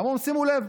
אמרו: שימו לב,